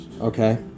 Okay